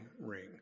ring